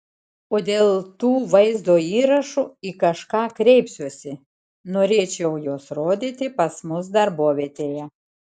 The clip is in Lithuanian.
o dėl tų vaizdo įrašų į kažką kreipsiuosi norėčiau juos rodyti pas mus darbovietėje